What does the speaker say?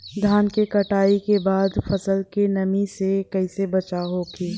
धान के कटाई के बाद फसल के नमी से कइसे बचाव होखि?